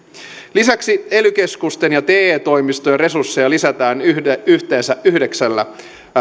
lisäksi ely keskusten ja te toimistojen resursseja lisätään yhteensä yhdeksällä